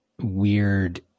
weird